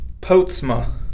Potsma